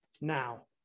now